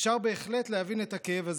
אפשר בהחלט להבין את הכאב הזה,